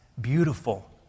Beautiful